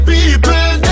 People